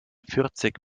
vierzig